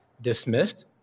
dismissed